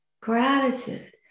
gratitude